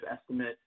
estimate